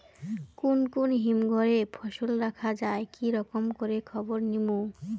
কুন কুন হিমঘর এ ফসল রাখা যায় কি রকম করে খবর নিমু?